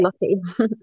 lucky